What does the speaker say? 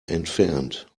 entfernt